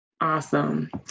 Awesome